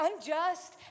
unjust